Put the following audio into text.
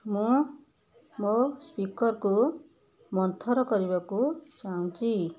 ମୁଁ ମୋ ସ୍ପିକର୍କୁ ମନ୍ଥର କରିବାକୁ ଚାହୁଁଛି